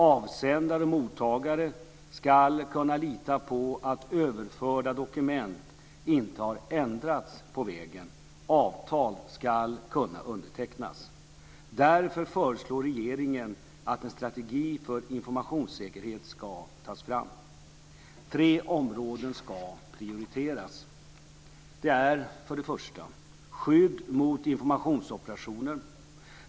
Avsändare och mottagare ska kunna lita på att överförda dokument inte har ändrats på vägen. Avtal ska kunna undertecknas. Därför föreslår regeringen att en strategi för informationssäkerhet ska tas fram. Tre områden ska prioriteras. Det är för det första skydd mot informationsoperationer.